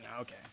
okay